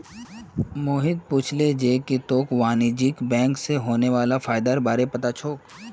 मोहित पूछले जे की तोक वाणिज्यिक बैंक स होने वाला फयदार बार पता छोक